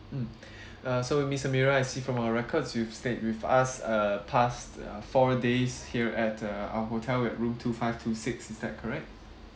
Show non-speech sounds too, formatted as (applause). mm (breath) uh so miss amira I see from our records you've stayed with us uh past uh four days here at uh our hotel at room two five two six is that correct